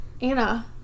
Anna